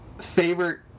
favorite